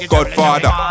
Godfather